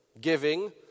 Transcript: giving